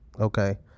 Okay